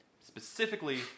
specifically